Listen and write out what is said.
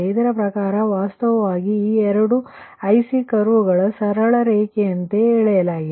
ಅದರ ಪ್ರಕಾರ ವಾಸ್ತವವಾಗಿ ಈ ಎರಡು IC ಕರ್ವಗಳನ್ನು ಸರಳ ರೇಖೆಯಂತೆ ಎಳೆಯಲಾಗಿದೆ